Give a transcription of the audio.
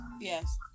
Yes